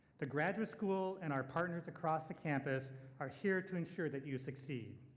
the graduate school and our partners across the campus are here to ensure that you succeed.